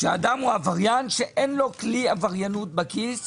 שאדם הוא עבריין שאין לו כלי עבריינות בכיס.